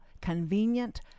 convenient